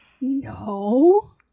No